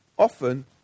Often